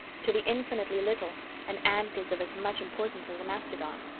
to the infinitely little an ant is of as much importance as a mastodon.